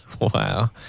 Wow